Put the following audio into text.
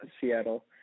Seattle